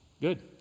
Good